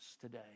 today